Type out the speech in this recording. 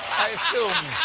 i assume.